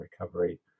recovery